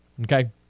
okay